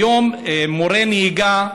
היום, מורה נהיגה,